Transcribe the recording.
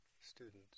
students